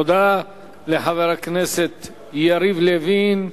תודה לחבר הכנסת יריב לוין.